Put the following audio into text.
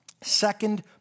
Second